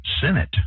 Senate